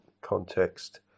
context